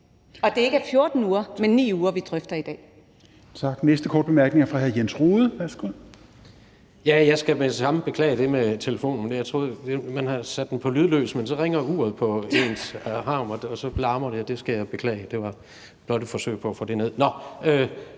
og at det ikke er 14 uger, men 9 uger, vi drøfter i dag.